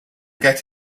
get